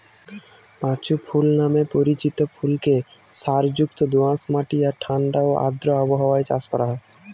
পাঁচু ফুল নামে পরিচিত ফুলকে সারযুক্ত দোআঁশ মাটি আর ঠাণ্ডা ও আর্দ্র আবহাওয়ায় চাষ করা হয়